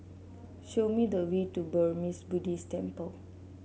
show me the way to Burmese Buddhist Temple